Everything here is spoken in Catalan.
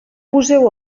poseu